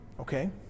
Okay